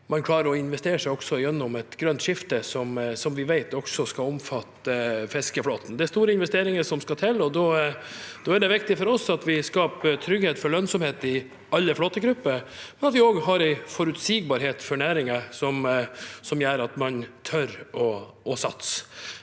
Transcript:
også klarer å investere seg gjennom et grønt skifte, som vi vet også skal omfatte fiskeflåten. Det er store investeringer som skal til, og da er det viktig for oss at vi skaper trygghet for lønnsomhet i alle flåtegrupper, og at det er en forutsigbarhet for næringen som gjør at man tør å satse.